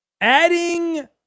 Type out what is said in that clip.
Adding